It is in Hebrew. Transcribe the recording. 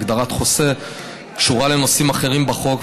הגדרת חוסה קשורה לנושאים אחרים בחוק,